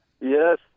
Yes